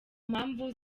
mpamvu